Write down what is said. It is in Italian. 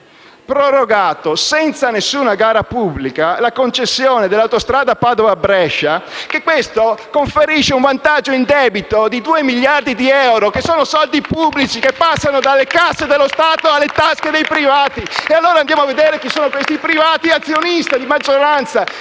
prorogato, senza alcuna gara pubblica, la concessione dell'autostrada Padova-Brescia. E questo conferisce un vantaggio indebito di due miliardi di euro, che sono soldi pubblici che passano dalle casse dello Stato alle tasche dei privati. *(Applausi dal Gruppo M5S)*. E allora andiamo a vedere chi sono questi privati: azionista di maggioranza